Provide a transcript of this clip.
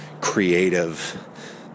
creative